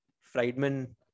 Friedman